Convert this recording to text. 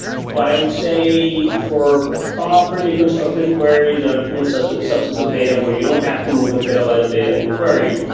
but i would say for properly constructed queries that are looking and so so at subsets of data where you don't have to move a petabyte of data in the query,